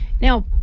Now